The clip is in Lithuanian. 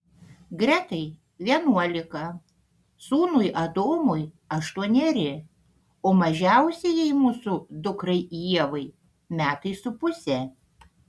gretai vienuolika sūnui adomui aštuoneri o mažiausiajai mūsų dukrai ievai metai su puse